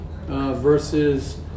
versus